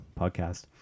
podcast